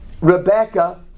Rebecca